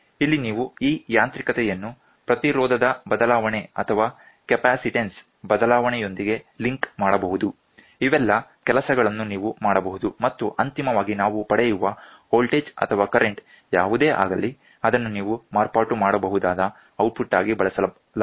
ಇಲ್ಲಿ ನೀವು ಈ ಯಾಂತ್ರಿಕತೆಯನ್ನು ಪ್ರತಿರೋಧದ ಬದಲಾವಣೆ ಅಥವಾ ಕ್ಯಾಪಾಸಿಟೆನ್ಸ್ ಬದಲಾವಣೆಯೊಂದಿಗೆ ಲಿಂಕ್ ಮಾಡಬಹುದು ಇವೆಲ್ಲಾ ಕೆಲಸಗಳನ್ನು ನೀವು ಮಾಡಬಹುದು ಮತ್ತು ಅಂತಿಮವಾಗಿ ನಾವು ಪಡೆಯುವ ವೋಲ್ಟೇಜ್ ಅಥವಾ ಕರೆಂಟ್ ಯಾವುದೇ ಆಗಲಿ ಅದನ್ನು ನೀವು ಮಾರ್ಪಾಟು ಮಾಡಬಹುದಾದ ಔಟ್ಪುಟ್ ಆಗಿ ಬಳಸಲಾಗುವುದು